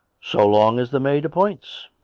so long as the maid appoints.